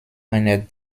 einer